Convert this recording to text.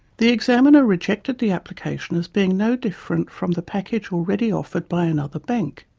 the examiner rejected the application as being no different from the package already offered by another bank.